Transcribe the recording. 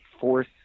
force